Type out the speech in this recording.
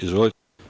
Izvolite.